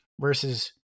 Versus